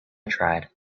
tried